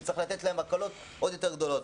כי צריך לתת להם הקלות עוד יותר גדולות.